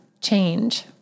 change